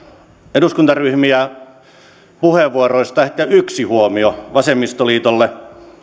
eduskuntaryhmiä puheenvuoroista ehkä yksi huomio vasemmistoliitolle